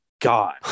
God